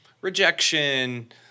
rejection